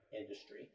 industry